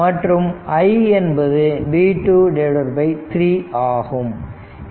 மற்றும் i என்பது v 2 3 ஆகும்